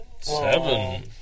Seven